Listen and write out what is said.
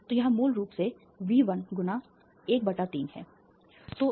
तो यह मूल रूप से V 1 गुणा २ बटा 3 है